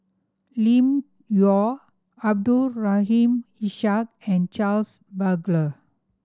Lim Yau Abdul Rahim Ishak and Charles Paglar